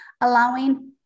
allowing